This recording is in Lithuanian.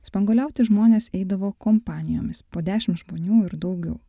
spanguoliauti žmonės eidavo kompanijomis po dešim žmonių ir daugiau